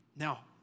Now